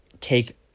take